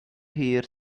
here